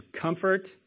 comfort